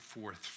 forth